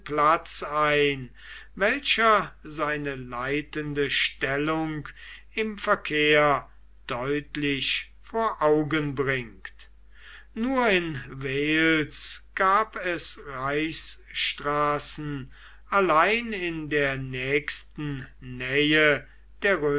ein welcher seine leitende stellung im verkehr deutlich vor augen bringt nur in wales gab es reichsstraßen allein in der nächsten nähe der